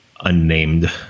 unnamed